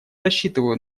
рассчитываю